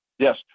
Yes